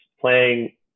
playing